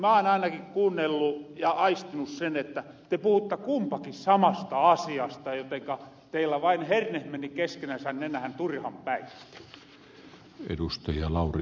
mä oon ainakin kuunnellu ja aistinu sen että te puhutta kumpakin samasta asiasta jotenka teillä vain hernehet meni keskenänsä nenähän turhanpäiten